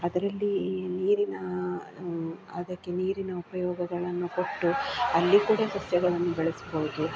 ಅದರಲ್ಲಿ ಈ ನೀರಿನ ಅದಕ್ಕೆ ನೀರಿನ ಉಪಯೋಗಗಳನ್ನು ಕೊಟ್ಟು ಅಲ್ಲಿ ಕೂಡ ಸಸ್ಯಗಳನ್ನು ಬೆಳೆಸ್ಬೋದು